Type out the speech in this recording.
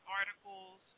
articles